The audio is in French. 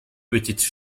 petites